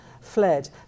fled